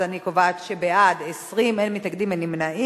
אז אני קובעת שבעד, 20, אין מתנגדים, אין נמנעים.